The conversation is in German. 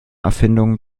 erfindungen